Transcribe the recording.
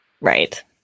right